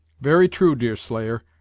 very true, deerslayer,